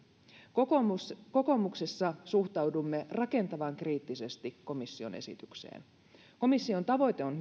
kokoomuksessa kokoomuksessa suhtaudumme rakentavan kriittisesti komission esitykseen komission tavoite on